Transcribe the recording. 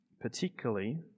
particularly